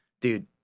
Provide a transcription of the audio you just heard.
dude